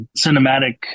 cinematic